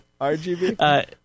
RGB